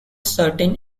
certain